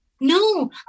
No